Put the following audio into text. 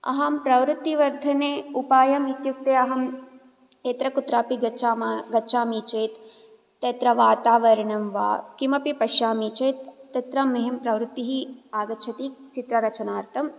अहं प्रवृत्तिवर्धने उपायम् इत्युक्ते अहं यत्रकुत्रापि गच्छामः गच्छामि चेत् तत्र वातावरणं वा किमपि पश्यामि चेत् तत्र मह्यं प्रवृत्तिः आगच्छति चित्ररचनार्थम्